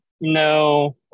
No